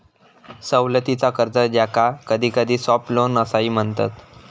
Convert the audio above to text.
सवलतीचा कर्ज, ज्याका कधीकधी सॉफ्ट लोन असाही म्हणतत